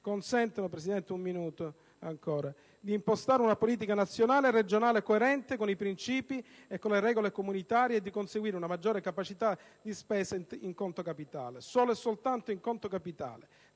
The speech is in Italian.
Fondo, consentono di impostare una politica nazionale e regionale coerente con i princìpi e con le regole comunitarie e di conseguire una maggiore capacità di spesa in conto capitale, solo e soltanto in conto capitale.